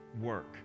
work